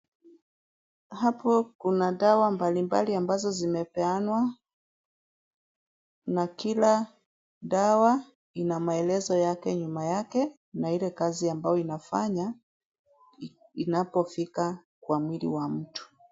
Hapo kuna dawa mbalimbali ambazo zimepeanwa na kila dawa ina maelezo yake nyuma yake na ile kazi ambayo inafanya inapo fika kwa mwili wa mtu.